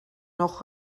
noch